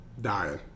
dying